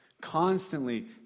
constantly